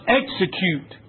execute